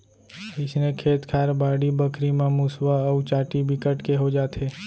अइसने खेत खार, बाड़ी बखरी म मुसवा अउ चाटी बिकट के हो जाथे